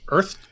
Earth